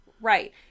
Right